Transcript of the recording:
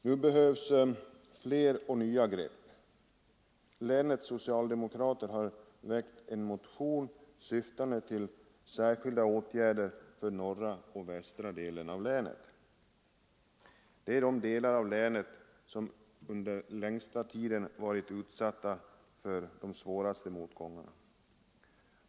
Nu behövs fler och nya grepp. Länets socialdemokrater har väckt en motion, syftande till särskilda åtgärder för norra och västra delarna av länet. Det är de delar av länet som under längsta tiden varit utsatta för de svåraste motgångarna.